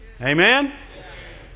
Amen